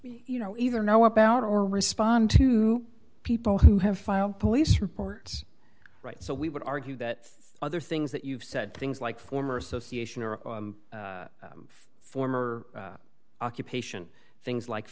you know either know about or respond to people who have filed police reports right so we would argue that other things that you've said things like former association or former occupation things like